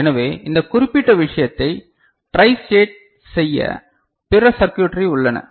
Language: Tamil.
எனவே இந்த குறிப்பிட்ட விஷயத்தை ட்ரை ஸ்டேட் செய்ய பிற சர்க்யுட்டரி உள்ளன